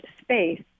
space